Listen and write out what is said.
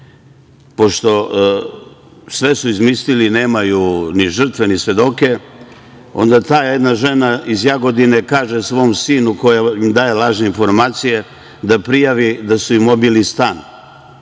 Pošto su sve izmislili i nemaju ni žrtve ni svedoke, onda ta jedan žena iz Jagodine, kaže svom sinu koji daje lažne informacije, da prijavi da su im obili stan. Ode